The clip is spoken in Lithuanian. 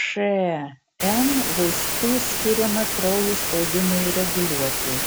šn vaistų skiriama kraujo spaudimui reguliuoti